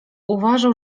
uważał